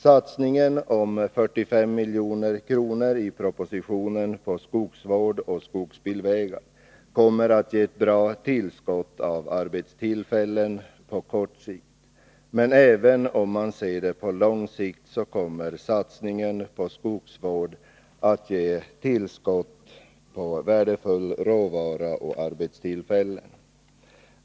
Propositionens 45-miljonssatsning på skogsvård och skogsbilvägar kommer att ge ett bra tillskott av arbetstillfällen 125 på kort sikt, men även om man ser det på lång sikt kommer satsningen på skogsvård att ge tillskott när det gäller värdefull råvara och arbetstillfällen.